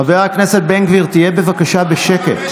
חבר הכנסת בן גביר, תהיה בבקשה בשקט.